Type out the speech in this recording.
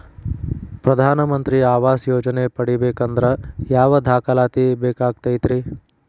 ಪ್ರಧಾನ ಮಂತ್ರಿ ಆವಾಸ್ ಯೋಜನೆ ಪಡಿಬೇಕಂದ್ರ ಯಾವ ದಾಖಲಾತಿ ಬೇಕಾಗತೈತ್ರಿ?